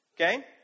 okay